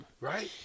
right